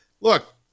look